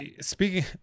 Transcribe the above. speaking